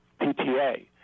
PTA